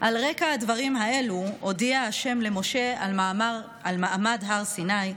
על רקע הדברים האלו הודיע ה' למשה על מעמד הר סיני,